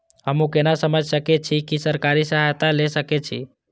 हमू केना समझ सके छी की सरकारी सहायता ले सके छी?